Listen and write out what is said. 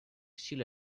shiela